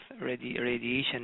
radiation